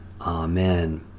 Amen